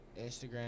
Instagram